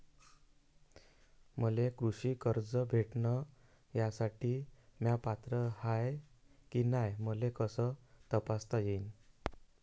मले कृषी कर्ज भेटन यासाठी म्या पात्र हाय की नाय मले कस तपासता येईन?